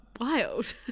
wild